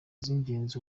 z’ingenzi